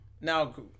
Now